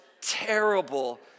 terrible